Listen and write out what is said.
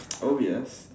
oh yes